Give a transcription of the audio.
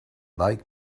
like